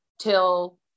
till